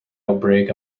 outbreak